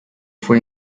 fue